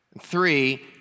three